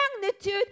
magnitude